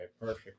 Perfect